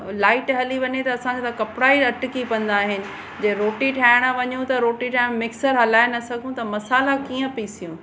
light हली वञे त असांजा त कपिड़ा ई अटकी पवंदा आहिनि जे रोटी ठाहिणु वञूं त मिक्सर हलाए न सघूं त मसाला कीअं पीसियूं